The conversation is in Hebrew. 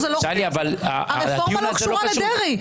הרפורמה לא קשורה לדרעי.